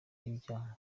ibyaha